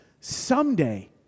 someday